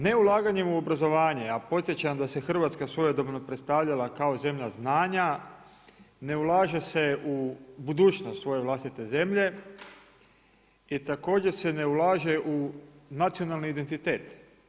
Ne ulaganjem u obrazovanje, a podsjećam da se Hrvatska svojedobno predstavljala kao zemlja znanja, ne ulaže se u budućnost svoje vlastite zemlje i također se ne ulaže u nacionalni identitet.